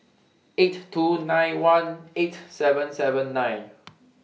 eight thousand two hundred and ninety one eight thousand seven hundred and seventy nine